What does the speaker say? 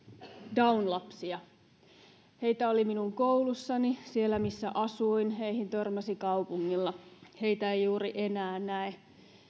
down lapsia heitä oli minun koulussani siellä missä asuin heihin törmäsi kaupungilla heitä ei enää juuri näe